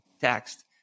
text